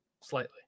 slightly